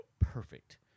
perfect